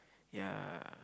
ya